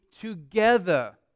together